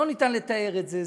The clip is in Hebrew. לא ניתן לתאר את זה.